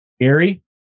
Gary